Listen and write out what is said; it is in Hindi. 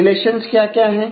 रिलेशंस क्या क्या है